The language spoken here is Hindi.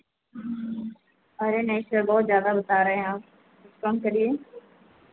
अरे नहीं सर बहुत ज़्यादा बता रहे हैं आप कम करिए